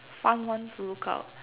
fun ones to look up